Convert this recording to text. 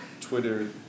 Twitter